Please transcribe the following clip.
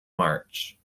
march